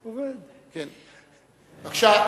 בבקשה,